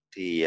Thì